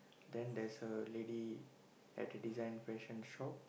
then there's a lady at the design fashion shop